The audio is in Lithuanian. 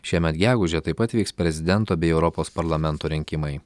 šiemet gegužę taip pat vyks prezidento bei europos parlamento rinkimai